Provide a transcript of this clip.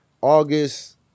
August